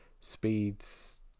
speeds